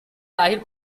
lahir